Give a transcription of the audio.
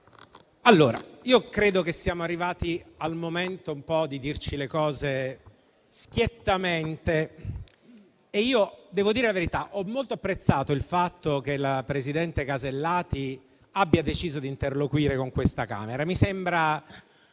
Presidente, credo che siamo arrivati al momento di dirci le cose schiettamente. Devo dire la verità: ho molto apprezzato il fatto che la presidente Casellati abbia deciso di interloquire con questa Camera, mi sembra